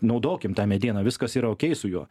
naudokim tą medieną viskas yra okei su juo